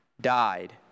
died